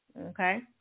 okay